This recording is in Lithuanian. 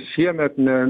šiemet ne